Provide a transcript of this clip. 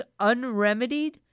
unremedied